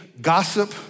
gossip